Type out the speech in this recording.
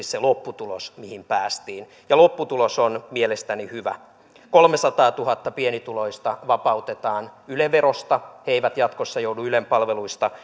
se lopputulos mihin päästiin ja lopputulos on mielestäni hyvä kolmesataatuhatta pienituloista vapautetaan yle verosta he eivät jatkossa joudu ylen palveluista